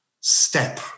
step